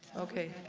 okay.